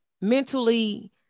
mentally